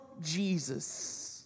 Jesus